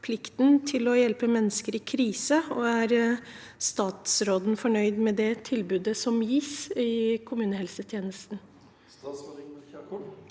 plikten til å hjelpe mennesker i krise, og er statsråden fornøyd med det tilbudet som gis?» Statsråd